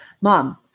Mom